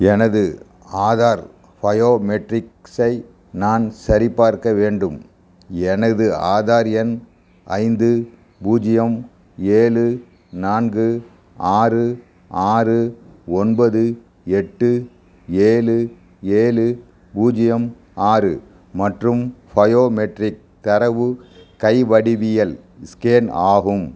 எனது ஆதார் பயோமெட்ரிக்ஸை நான் சரிபார்க்க வேண்டும் எனது ஆதார் எண் ஐந்து பூஜ்ஜியம் ஏழு நான்கு ஆறு ஆறு ஒன்பது எட்டு ஏழு ஏழு பூஜ்ஜியம் ஆறு மற்றும் பயோமெட்ரிக் தரவு கை வடிவியல் ஸ்கேன் ஆகும்